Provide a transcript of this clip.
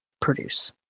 produce